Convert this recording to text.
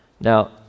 Now